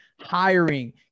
hiring